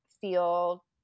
feel